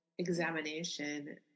Examination